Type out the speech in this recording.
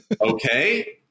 Okay